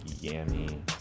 Yummy